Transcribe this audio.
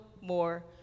more